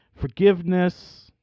forgiveness